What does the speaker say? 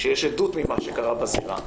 כשיש עדות ממה שקרה בזירה,